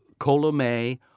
Colomé